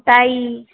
tie